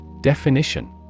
Definition